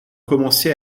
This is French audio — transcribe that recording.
commencé